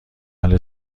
اهل